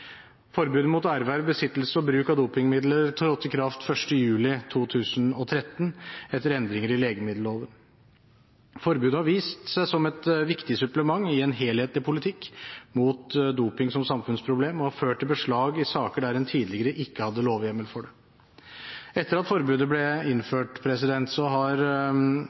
Forbudet mot erverv, besittelse og bruk av dopingmidler trådte i kraft 1. juli 2013 etter endringer i legemiddelloven. Forbudet har vist seg som et viktig supplement i en helhetlig politikk mot doping som samfunnsproblem og har ført til beslag i saker der en tidligere ikke hadde lovhjemmel for det. Etter at forbudet ble innført,